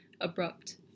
Abrupt